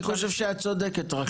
אני חושב שאת צודקת, רחל.